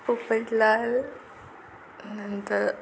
पोपटलाल नंतर